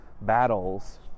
battles